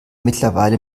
mittlerweile